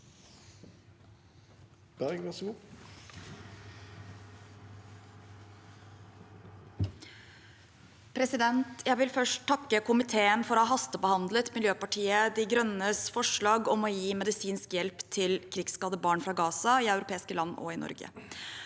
Jeg vil først takke komiteen for å ha hastebehandlet Miljøpartiet De Grønnes forslag om å gi medisinsk hjelp til krigsskadde barn fra Gaza i europeiske land og i Norge.